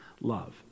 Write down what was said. Love